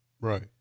right